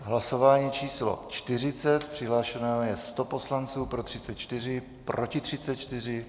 V hlasování číslo 40 přihlášeno je 100 poslanců, pro 34, proti 34.